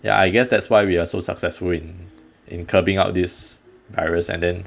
ya I guess that's why we're so successful in in curbing up this virus and then